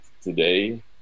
today